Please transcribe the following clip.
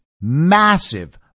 massive